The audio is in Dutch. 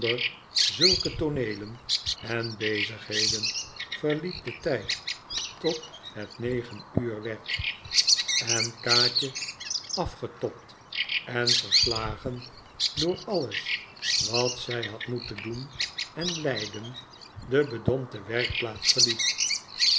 zulke tooneelen en bezigheden verliep de tijd tot het negen uur werd en kaatje afgetobd en verslagen door alles wat zij had moeten doen en lijden de bedompte werkplaats verliet